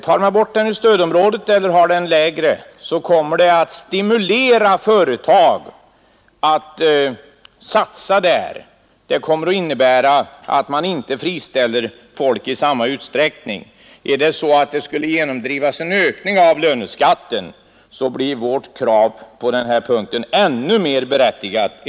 Tar man bort löneskatten i stödområdet eller sänker den, kommer detta att stimulera företag att satsa där. Det kommer att innebära att folk inte friställs i samma utsträckning som annars. Om det skulle genomdrivas en höjning av löneskatten blir enligt min uppfattning vårt krav på denna punkt ännu mera berättigat.